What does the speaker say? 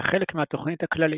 היה חלק מהתוכנית הכללית.